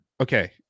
Okay